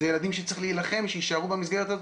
זה ילדים שצריך להילחם שיישארו במסגרת הזאת.